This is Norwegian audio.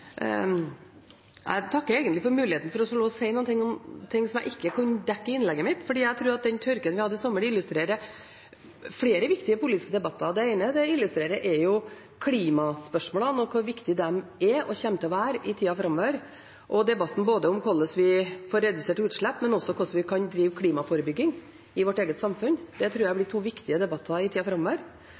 Jeg takker for muligheten til å få lov til å si noe om ting jeg ikke dekket i innlegget mitt, for jeg tror tørken vi hadde i sommer, illustrerer flere viktige politiske debatter. Det ene den illustrerer, er klimaspørsmålene – hvor viktige de er og kommer til å være i tida framover – og det andre er debatten både om hvordan vi får reduserte utslipp, og også hvordan vi kan drive klimaforebygging i vårt eget samfunn. Det tror jeg blir to viktige debatter i tida framover.